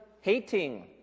hating